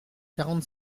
quarante